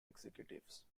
executives